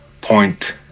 point